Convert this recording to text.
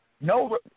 No